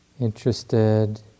Interested